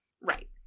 Right